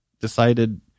decided